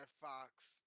Fox